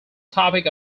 topic